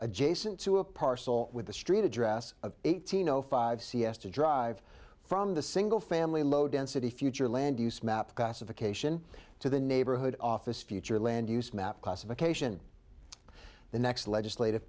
adjacent to a parcel with the street address of eighteen o five c s t drive from the single family low density future land use map classification to the neighborhood office future land use map classification the next legislative